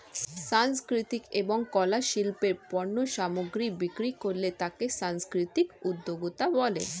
সাংস্কৃতিক এবং কলা শিল্পের পণ্য সামগ্রী বিক্রি করলে তাকে সাংস্কৃতিক উদ্যোক্তা বলে